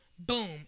Boom